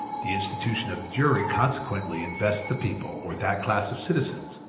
the institution of the jury consequently invests the people, or that class of citizens,